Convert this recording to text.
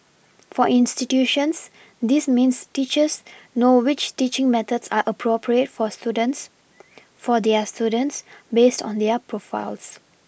for institutions this means teachers know which teaching methods are appropriate for students for their students based on their profiles